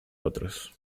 otros